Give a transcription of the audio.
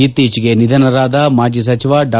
ಇತ್ತೀಚೆಗೆ ನಿಧನರಾದ ಮಾಜಿ ಸಚಿವ ಡಾ